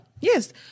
Yes